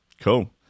cool